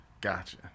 Gotcha